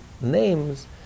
names